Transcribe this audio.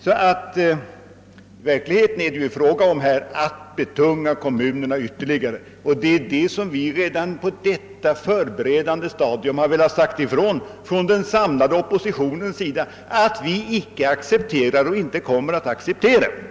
I verkligheten är det fråga om att betunga kommunerna ytterligare, och den samlade oppositionen har redan på detta förberedande stadium velat säga ifrån att vi inte accepterar eller kommer att acceptera det.